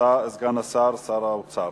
סגן השר, שר האוצר.